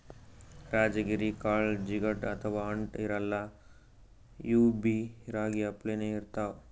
ರಾಜಗಿರಿ ಕಾಳ್ ಜಿಗಟ್ ಅಥವಾ ಅಂಟ್ ಇರಲ್ಲಾ ಇವ್ಬಿ ರಾಗಿ ಅಪ್ಲೆನೇ ಇರ್ತವ್